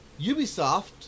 Ubisoft